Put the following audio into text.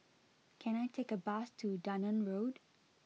can I take a bus to Dunearn Road